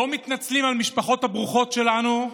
לא מתנצלים על המשפחות הברוכות שלנו.